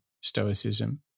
stoicism